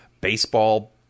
baseball